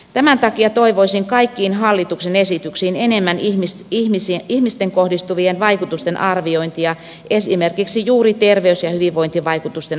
tämän takia toivoisin kaikkiin hallituksen esityksiin enemmän ihmisiin kohdistuvien vaikutusten arviointia esimerkiksi juuri terveys ja hyvinvointivaikutusten arviointia